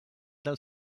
del